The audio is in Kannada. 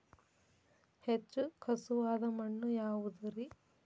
ಹೆಚ್ಚು ಖಸುವಾದ ಮಣ್ಣು ಯಾವುದು ರಿ?